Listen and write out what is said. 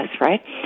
right